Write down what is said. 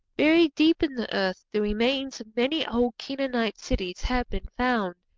buried deep in the earth the remains of many old canaanite cities have been found.